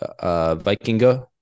Vikingo